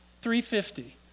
three-fifty